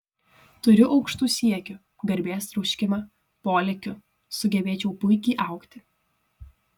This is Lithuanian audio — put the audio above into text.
turiu aukštų siekių garbės troškimą polėkių sugebėčiau puikiai augti